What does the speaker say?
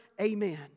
Amen